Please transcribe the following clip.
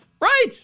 Right